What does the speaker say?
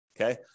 okay